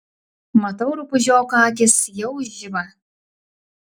matau rupūžioko akys jau žiba